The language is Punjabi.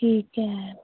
ਠੀਕ ਹੈ